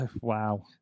Wow